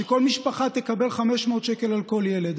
שכל משפחה תקבל 500 שקלים על כל ילד.